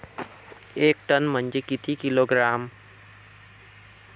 एक टन म्हनजे किती किलोग्रॅम?